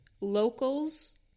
locals